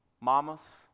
Mamas